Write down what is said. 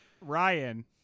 Ryan